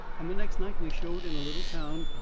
and the next night we showed in a little town,